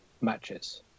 matches